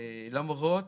למרות